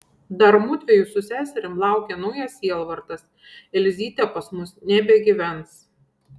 dar mudviejų su seserim laukia naujas sielvartas elzytė pas mus nebegyvens